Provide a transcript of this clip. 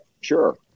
Sure